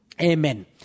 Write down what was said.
Amen